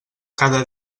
cada